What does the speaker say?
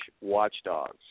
watchdogs